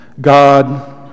God